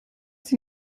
sie